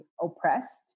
oppressed